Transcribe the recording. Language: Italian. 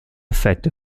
effetto